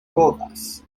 kovas